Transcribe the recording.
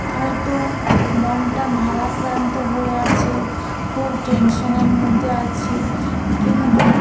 হয়তো মনটা ভারাক্রান্ত হয়ে আছে খুব টেনশনের মধ্যে আছি কিন্তু